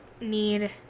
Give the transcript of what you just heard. need